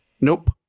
Nope